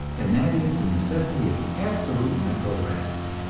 and that is the necessity of absolute mental rest.